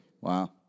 Wow